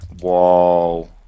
Whoa